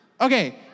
Okay